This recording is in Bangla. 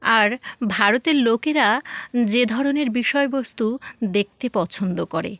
আর ভারতের লোকেরা যে ধরনের বিষয়বস্তু দেখতে পছন্দ করে